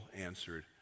answered